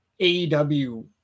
AEW